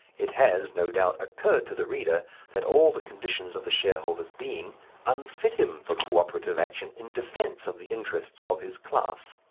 it has, no doubt, occurred to the reader that all the conditions of the shareholder's being unfit him for co-operative action in defence of the interests of his class.